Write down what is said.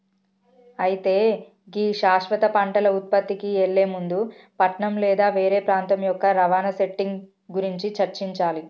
అయితే గీ శాశ్వత పంటల ఉత్పత్తికి ఎళ్లే ముందు పట్నం లేదా వేరే ప్రాంతం యొక్క రవాణా సెట్టింగ్ గురించి చర్చించాలి